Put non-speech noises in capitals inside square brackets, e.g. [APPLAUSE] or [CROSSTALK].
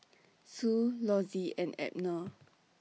[NOISE] Sue Lossie and Abner